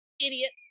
idiots